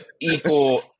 equal